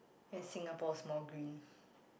and Singapore small green